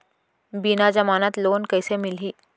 बिना जमानत लोन कइसे मिलही?